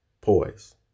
Poise